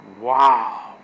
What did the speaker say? Wow